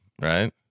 right